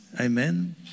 Amen